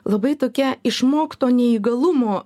labai tokia išmokto neįgalumo